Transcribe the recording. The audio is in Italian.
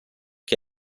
che